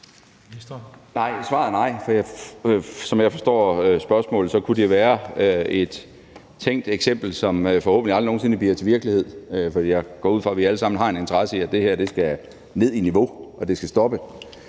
Svaret er nej. Som jeg forstår spørgsmålet, kunne det være et tænkt eksempel, som forhåbentlig aldrig nogen sinde bliver til virkelighed, for jeg går ud fra, at vi alle sammen har en interesse i, at det her skal ned i niveau, og at det skal stoppe.